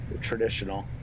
traditional